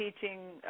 teaching